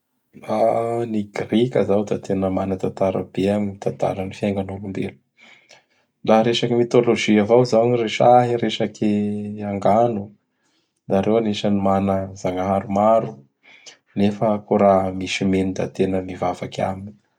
ny Grika zao da tena manatatara be am gn tataran'ny fiaignan'olombelo. La resaky mitôlôzy avao zao gn resahy! Resaky angano; da reo agnisan'ny mana Zagnahary maro nefa koa raha misy mino da tena mivavaky aminy.